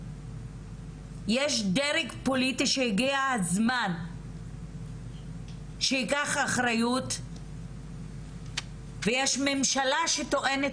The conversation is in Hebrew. יש דרג פוליטי שהגיע הזמן שיקח אחריות ויש ממשלה שטוענת